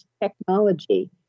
technology